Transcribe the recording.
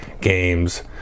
games